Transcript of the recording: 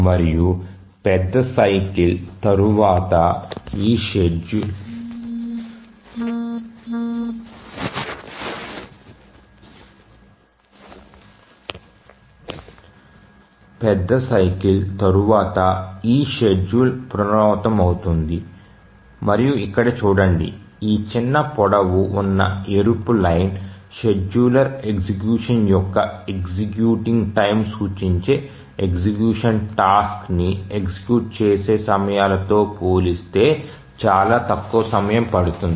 మరియు పెద్ద సైకిల్ తరువాత ఈ షెడ్యూల్ పునరావృతమవుతుంది మరియు ఇక్కడ చూడండి ఈ చిన్న పొడవు ఉన్న ఎరుపు లైన్ షెడ్యూలర్ ఎగ్జిక్యూషన్ యొక్క ఎగ్జిక్యూటింగ్ టైమ్ సూచించే ఎగ్జిక్యూషన్ టాస్క్ ని ఎగ్జిక్యూట్ చేసే సమయాలతో పోలిస్తే చాలా తక్కువ సమయం పడుతుంది